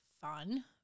fun